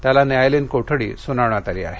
त्याला न्यायालयीन कोठडी सुनावण्यात आली आहे